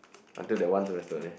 until that one semester then